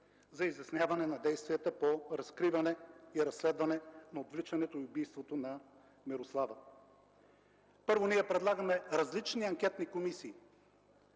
за изясняване на действията по разкриване и разследване на отвличането и убийството на Мирослава Николова. Първо, ние предлагаме различни анкетни комисии